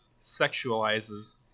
sexualizes